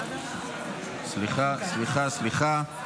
סליחה, סליחה, סליחה.